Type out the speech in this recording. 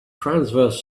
transverse